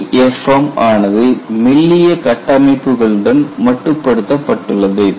LEFM ஆனது மெல்லிய கட்டமைப்புகளுடன் மட்டுப்படுத்தப்பட்டுள்ளது